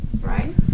right